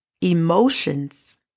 Emotions